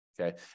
Okay